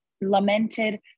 lamented